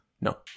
No